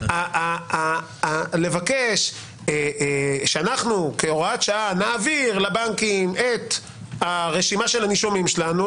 אבל לבקש שאנחנו כהוראת שעה נעביר לבנקים את הרשימה של הנישומים שלנו.